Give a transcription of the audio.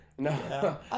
No